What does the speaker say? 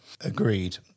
Agreed